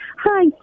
Hi